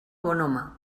bonhome